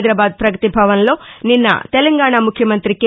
హైదరాబాద్ పగతిభవన్లో నిన్న తెలంగాణ ముఖ్యమంత్రి కె